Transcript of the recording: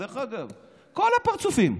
כל הפרצופים,